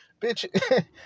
bitch